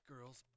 girls